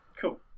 Cool